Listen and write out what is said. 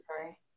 sorry